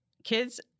Kids